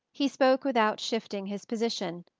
he spoke without shifting his position,